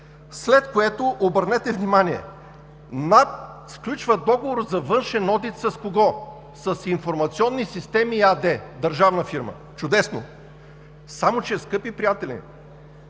след което, обърнете внимание, НАП сключва договор за външен одит, с кого? С „Информационни системи“ АД – държавна фирма. Чудесно! Само че, скъпи приятели,